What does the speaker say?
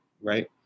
right